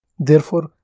therefore,